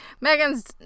Megan's